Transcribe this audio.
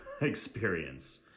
experience